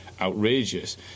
outrageous